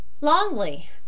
Longley